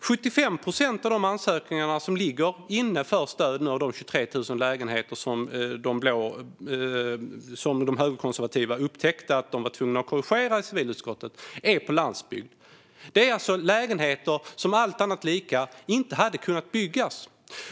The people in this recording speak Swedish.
75 procent av de ansökningar om stöd som låg inne, de 23 000 lägenheter som de högerkonservativa upptäckte att de var tvungna att korrigera i civilutskottet, gällde lägenheter på landsbygd. Det är alltså lägenheter som, allt annat lika, inte hade kunnat byggas.